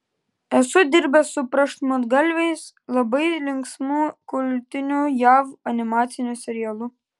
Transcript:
esu dirbęs su pramuštgalviais labai linksmu kultiniu jav animaciniu serialu